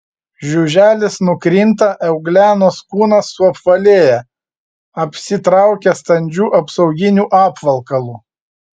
žiuželis nukrinta euglenos kūnas suapvalėja apsitraukia standžiu apsauginiu apvalkalu